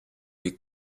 wie